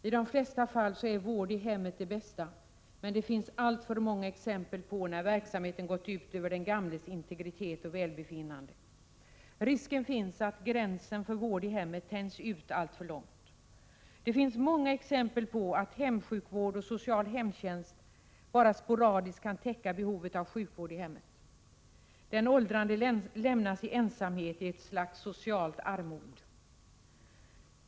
I de flesta fall är vård i hemmet den bästa lösningen, men det finns alltför många exempel på att verksamheten har gått ut över den gamles integritet och välbefinnande. Det finns en risk att gränsen för vård i hemmet tänjs ut alltför långt. Det finns många exempel på att hemsjukvård och social hemtjänst bara sporadiskt kan täcka behovet av sjukvård i hemmet. Den åldrande lämnas i ensamhet i ett slags socialt armod.